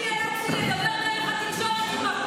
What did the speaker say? אני נאלצתי לדבר דרך התקשורת,